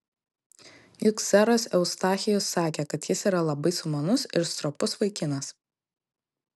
juk seras eustachijus sakė kad jis yra labai sumanus ir stropus vaikinas